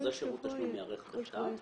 חוזה שירות תשלום ייערך בכתב,